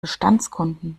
bestandskunden